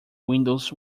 windows